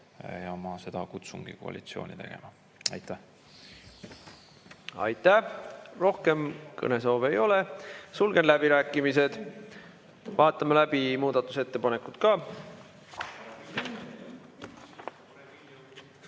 Seda ma kutsungi koalitsiooni tegema. Aitäh! Aitäh! Rohkem kõnesoove ei ole, sulgen läbirääkimised. Vaatame läbi ka muudatusettepanekud.